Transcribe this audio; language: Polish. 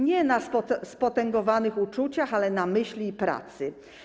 Nie na spotęgowanych uczuciach, ale na myśli i pracy.